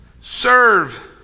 Serve